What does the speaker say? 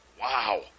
Wow